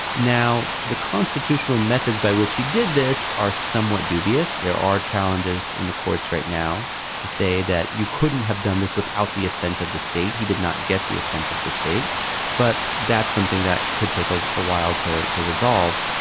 now the constitutional methods by which he did this are somewhat dubious. there are challenges in the courts right now to say that you couldn't have done this without the ascent of the state. he did not get the ascent of the state but that's something that could take a ah while to to resolve.